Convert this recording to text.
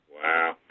Wow